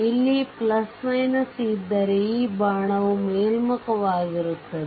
ಇಲ್ಲಿ ಇದ್ದರೆ ಈ ಬಾಣ ಮೇಲ್ಮುಖವಾಗಿರುತ್ತದೆ